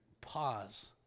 pause